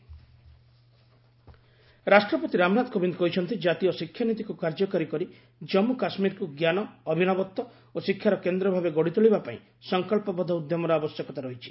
president ରାଷ୍ଟ୍ରପତି ରାମନାଥ କୋବିନ୍ଦ କହିଛନ୍ତି କାତୀୟ ଶିକ୍ଷା ନୀତିକୁ କାର୍ଯ୍ୟକାରୀ କରି ଜନ୍ମୁ କାଶ୍ମୀରକୁ ଜ୍ଞାନ ଅଭିନବତ୍ୱ ଓ ଶିକ୍ଷାର କେନ୍ଦ୍ର ଭାବେ ଗଢିତୋଳିବା ପାଇଁ ସଫକଳ୍ପବଦ୍ଧ ଉଦ୍ୟମର ଆବଶ୍ୟକତା ରହିଛି